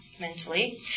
mentally